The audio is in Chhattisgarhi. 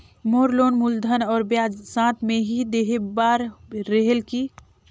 मोर लोन मूलधन और ब्याज साथ मे ही देहे बार रेहेल की?